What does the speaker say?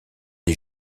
des